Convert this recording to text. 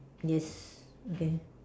yes okay